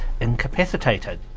incapacitated